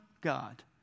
God